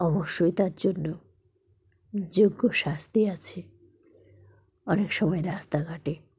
অবশ্যই তার জন্য যোগ্য শাস্তি আছে অনেক সময় রাস্তাঘাটে